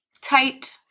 Tight